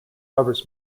covers